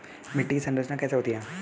मिट्टी की संरचना कैसे होती है?